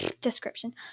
Description